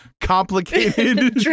complicated